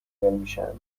میشن